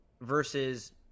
versus